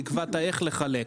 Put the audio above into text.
נקבע איך לחלק.